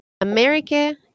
America